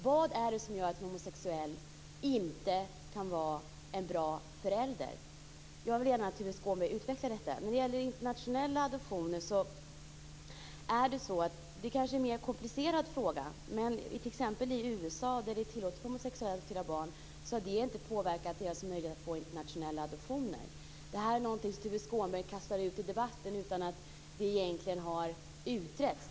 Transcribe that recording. Vad är det som gör att en homosexuell person inte kan vara en bra förälder? Jag vill gärna att Tuve Skånberg utvecklar detta. När det gäller internationella adoptioner är det kanske en mer komplicerad fråga, men i t.ex. USA, där det är tillåtet för homosexuella att adoptera barn, har det inte påverkat möjligheterna att få internationella adoptioner. Det här är någonting som Tuve Skånberg kastar ut i debatten utan att det egentligen har utretts.